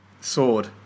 sword